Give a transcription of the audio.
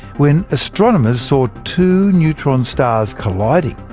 when astronomers saw two neutron stars colliding.